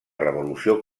revolució